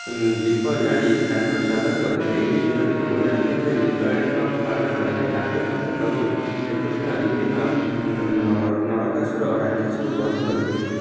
ଦୀପ ଜାଳି ତାଙ୍କର ସ୍ଵାଗତ କରିଥିଲେ ଏହି ଦିନଟିକୁ ମନେ ରଖିବା ପାଇଁ ଦୀପାବଳି ପର୍ବ ପାଳନ କରାଯାଏ ଆହୁରି ମଧ୍ୟ ପ୍ରଭୁ ଶ୍ରୀକୃଷ୍ଣ ଏହି ଦିନ ନରକାଶୁର ରାକ୍ଷସକୁ ବଦ୍ଧ କରିଥିଲେ